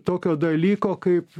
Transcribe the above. tokio dalyko kaip